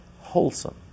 wholesome